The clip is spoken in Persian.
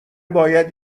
باید